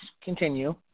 continue